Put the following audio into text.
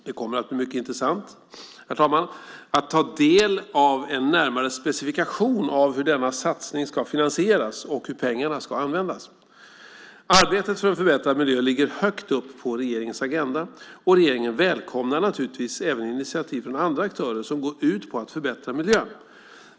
Det kommer att bli mycket intressant att ta del av en närmare specifikation av hur denna satsning ska finansieras och hur pengarna ska användas. Arbetet för en förbättrad miljö ligger högt upp på regeringens agenda, och regeringen välkomnar naturligtvis även initiativ från andra aktörer som går ut på att förbättra miljön.